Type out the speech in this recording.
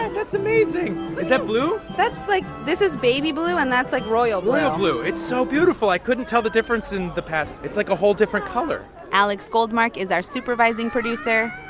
and that's amazing. is that blue? that's like this is baby blue. and that's like royal blue royal blue. it's so beautiful. i couldn't tell the difference in the past. it's like a whole different color alex goldmark is our supervising producer